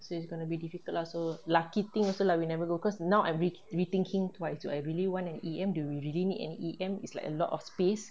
so it's gonna be difficult lah so lucky thing also lah we never go cause now I'm re~ rethinking twice do I really want an E_M do we really need an E_M is like a lot of space